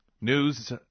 News